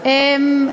את זה.